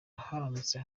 haramutse